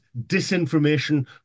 disinformation